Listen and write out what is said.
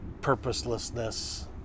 purposelessness